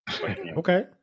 Okay